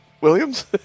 Williams